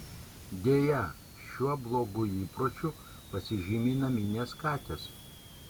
deja šiuo blogu įpročiu pasižymi naminės katės